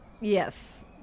Yes